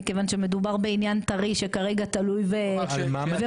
מכיוון שמדובר בעניין טרי שכרגע תלוי ועומד.